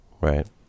Right